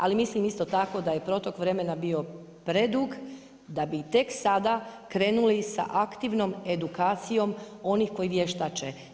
Ali mislim isto tako da je protok vremena bio predug da bi tek sada krenuli sa aktivnom edukacijom onih koji vještače.